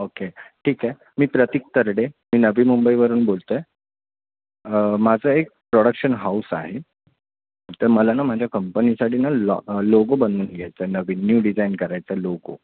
okay ठीक आहे मी प्रतीक तरडे मी नवी मुंबईवरून बोलतो आहे माझं एक प्रॉडक्शन हाऊस आहे तर मला ना माझ्या कंपनीसाठी ना लॉ लोगो बनवून घ्यायचा आहे नवीन न्यू डिझाईन करायचा लोगो